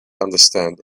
understand